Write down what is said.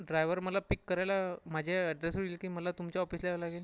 driver मला pick करायला माझ्या ॲड्रेसवर येईल की मला तुमच्या ऑफिसला यावं लागेल